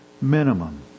minimum